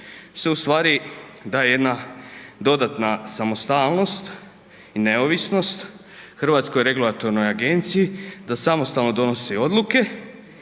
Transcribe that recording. u stvari daje jedna dodatna samostalnost i neovisnost HERA-i da samostalno donosi odluke,